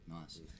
Nice